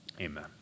Amen